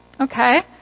Okay